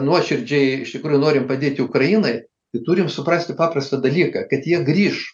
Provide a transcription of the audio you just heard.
nuoširdžiai iš tikrųjų norim padėti ukrainai tai turim suprasti paprastą dalyką kad jie grįš